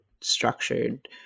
structured